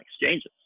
exchanges